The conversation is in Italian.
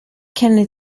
kenny